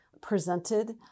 presented